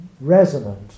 resonant